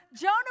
Jonah